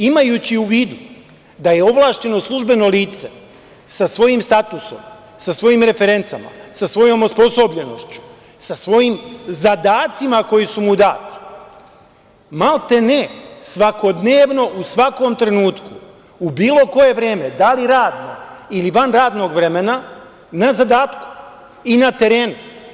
Imajući u vidu da je ovlašćeno službeno lice sa svojim statusom, sa svojim referencama, sa svojom osposobljenošću, sa svojim zadacima koji su mu dati, maltene svakodnevno, u svakom trenutku, u bilo koje vreme, da li radno ili van radnog vremena, na zadatku i na terenu.